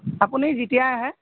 আপুনি যেতিয়াই আহে